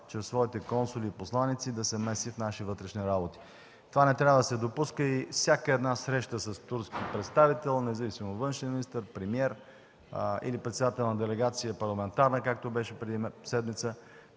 със своите консули и посланици да се меси в наши вътрешни работи. Това не трябва да се допуска и при всяка една среща с турски представител, независимо външен министър, премиер или председател на парламентарна делегация, както беше преди седмица,